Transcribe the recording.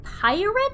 pirate